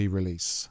release